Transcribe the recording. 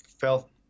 felt